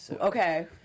Okay